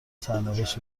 سرنوشت